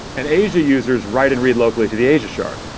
and asia users write and read locally to the asia shard.